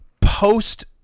post